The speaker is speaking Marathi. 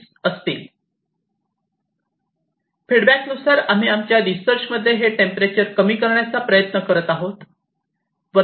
अशा प्रकारच्या फीडबॅक नुसार आम्ही आमच्या रिसर्चमध्ये हे टेंपरेचर कमी करण्याचा प्रयत्न करत आहोत